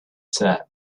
said